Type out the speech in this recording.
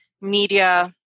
media